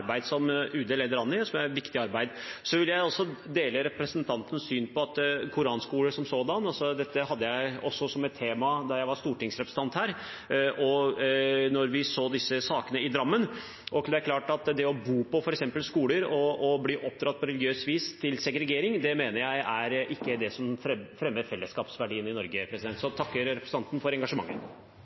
som UD leder an i, og som er et viktig arbeid. Så deler jeg også representantens syn på koranskoler som sådanne, og dette hadde jeg også som et tema da jeg var stortingsrepresentant, da vi så disse sakene i Drammen. Det er klart at f.eks. det å bo på skoler og bli oppdratt på religiøst vis til segregering ikke er det som fremmer fellesskapsverdiene i Norge. Så jeg takker representanten for engasjementet.